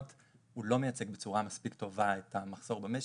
והוא לא מייצג בצורה מספיק טובה את המחסור במשק.